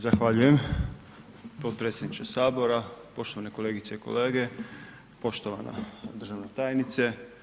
Zahvaljujem potpredsjedniče Sabora, poštovane kolegice i kolege, poštovana državna tajnice.